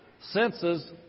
Senses